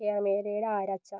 K R മീരയുടെ ആരാചാർ